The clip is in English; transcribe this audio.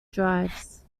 drives